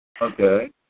Okay